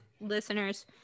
listeners